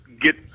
get